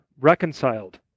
reconciled